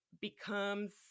becomes